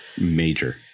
Major